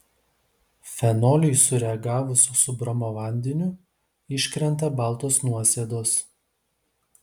fenoliui sureagavus su bromo vandeniu iškrenta baltos nuosėdos